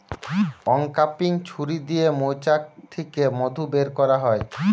uncapping ছুরি দিয়ে মৌচাক থিকে মধু বের কোরা হয়